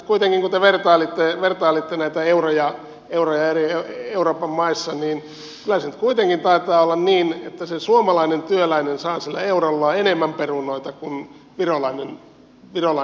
kun te vertailitte näitä euroja eri euroopan maissa niin kyllä se nyt kuitenkin taitaa olla niin että se suomalainen työläinen saa sillä eurollaan enemmän perunoita kuin virolainen virossa